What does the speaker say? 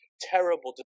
terrible